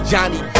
Johnny